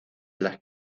las